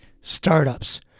startups